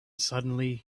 suddenly